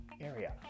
area